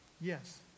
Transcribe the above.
Yes